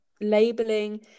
labeling